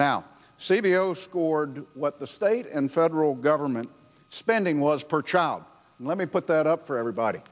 scored what the state and federal government spending was per child and let me put that up for everybody